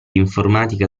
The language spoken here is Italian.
informatica